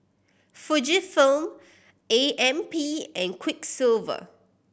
Fujifilm A M P and Quiksilver